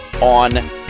on